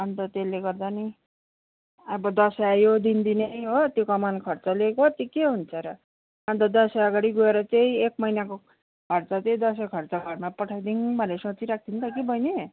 अन्त त्यसले गर्दा नि अब दसैँ आयो दिनदिनै हो त्यो कमान खर्चले कति के हुन्छ र अन्त दसैँ अगाडि गएर चाहिँ एक महिनाको खर्च चाहिँ त्यही दसैँ खर्च घरमा पठाइदिऊँ भनेर सोचिरहेको थिएँ न कि बैनी